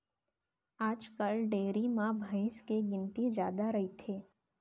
आजकाल डेयरी म भईंस के गिनती जादा रइथे